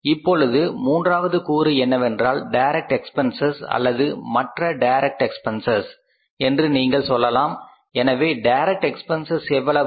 இப்பொழுது மூன்றாவது கூறு என்னவென்றால் டைரக்ட் எக்பென்சஸ் அல்லது மற்ற டைரக்ட் எக்பென்சஸ் என்று நீங்கள் சொல்லலாம் எனவே டைரக்ட் எக்பென்சஸ் எவ்வளவு